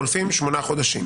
חולפים שמונה חודשים.